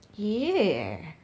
yeah